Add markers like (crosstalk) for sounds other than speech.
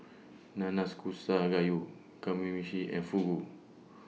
Nanakusa Gayu Kamameshi and Fugu (noise)